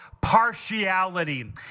partiality